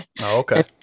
okay